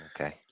Okay